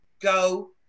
go